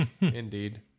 indeed